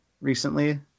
Recently